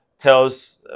tells